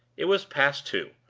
it was past two,